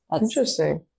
interesting